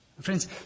Friends